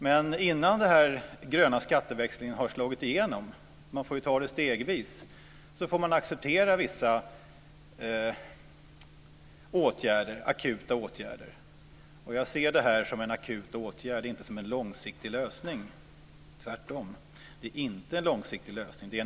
Denna får dock genomföras stegvis, och innan den har slagit igenom får man acceptera vissa akuta åtgärder. Jag ser det här som en akut nödåtgärd, inte som en långsiktig lösning.